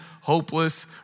hopeless